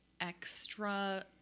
extra